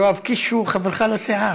יואב קיש הוא חברך לסיעה.